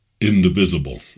indivisible